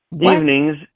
evenings